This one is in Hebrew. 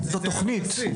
בתקציב